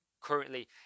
currently